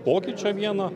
pokyčio vieno